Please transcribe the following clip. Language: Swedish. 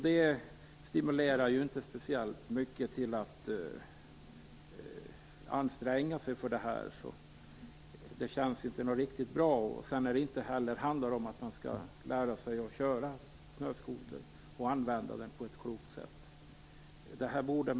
Det stimulerar dem ju inte speciellt mycket till att anstränga sig för att göra det. Det känns inte riktigt bra. Och det handlar ju inte om att de skall lära sig att köra snöskoter och använda den på ett klokt sätt.